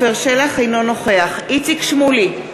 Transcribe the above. אינו נוכח איציק שמולי,